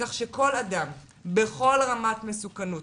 כך שכל אדם בכל רמת מסוכנות,